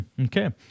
Okay